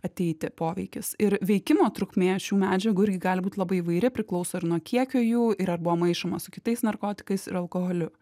ateiti poveikis ir veikimo trukmė šių medžiagų irgi gali būt labai įvairi priklauso ir nuo kiekių jų ir ar buvo maišoma su kitais narkotikais ir alkoholiu